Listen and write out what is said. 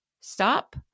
stop